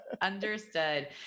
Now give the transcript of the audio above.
Understood